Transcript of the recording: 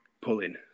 pulling